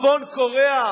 צפון-קוריאה